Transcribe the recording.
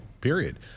period